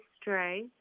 stray